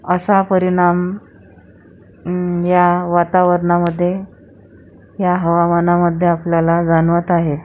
असा परिणाम या वातावरणामध्ये या हवामानामध्ये आपल्याला जाणवत आहे